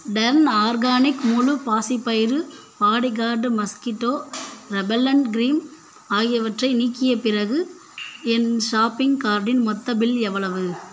turn organic முழு பாசிப்பயிறு bodyguard mosquito repellent cream ஆகியவற்றை நீக்கிய பிறகு என் ஷாப்பிங் கார்ட்டின் மொத்த பில் எவ்வளவு